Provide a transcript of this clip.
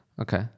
Okay